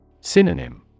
Synonym